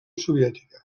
soviètica